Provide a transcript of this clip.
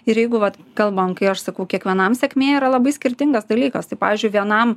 ir jeigu va kalbam kai aš sakau kiekvienam sėkmė yra labai skirtingas dalykas tai pavyzdžiui vienam